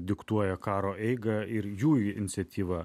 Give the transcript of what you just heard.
diktuoja karo eigą ir jų iniciatyva